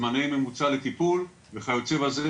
זמני ממוצע לטיפול וכיוצא בזה,